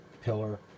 pillar